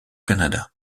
canada